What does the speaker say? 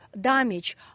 damage